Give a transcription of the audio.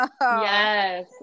yes